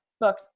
book